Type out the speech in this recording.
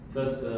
First